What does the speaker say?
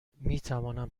میتوانم